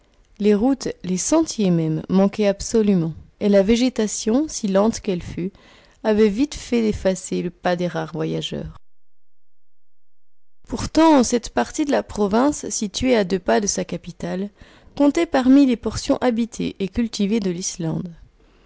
les routes les sentiers même manquaient absolument et la végétation si lente qu'elle fût avait vite fait d'effacer le pas des rares voyageurs maison du paysan islandais pourtant cette partie de la province située à deux pas de sa capitale comptait parmi les portions habitées et cultivées de l'islande